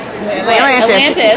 Atlantis